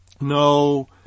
no